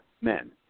men